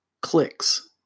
clicks